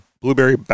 blueberry